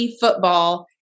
football